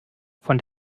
von